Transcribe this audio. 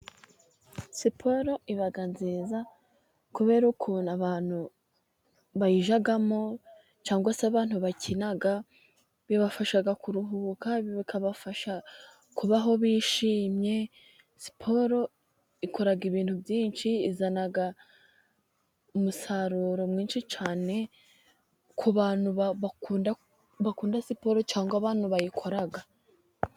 Siporo iba nziza kubera ukuntu abantu bayijamo cyangwa se abantu bakina, bibafasha kuruhuka, bikabafasha kubaho bishimye, siporo ikora ibintu byinshi, izana umusaruro mwinshi cyane, ku bantu bakunda, bakunda siporo cyangwa abantu bayikora.